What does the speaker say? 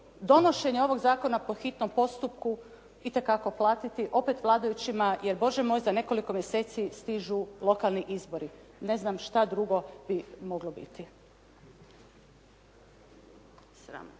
donošenje ovog zakona po hitnom postupku itekako platiti opet vladajućima, jer Bože moj za nekoliko mjeseci stižu lokalni izbori. Ne znam šta drugo bi moglo biti.